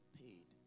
paid